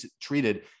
treated